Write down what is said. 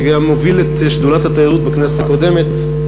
שגם הוביל את שדולת התיירות בכנסת הקודמת.